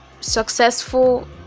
successful